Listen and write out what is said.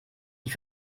die